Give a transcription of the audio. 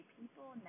people